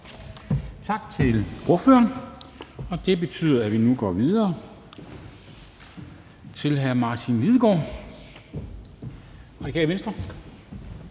Tak til ordføreren. Det betyder, at vi nu går videre til hr. Martin Lidegaard, Radikale Venstre.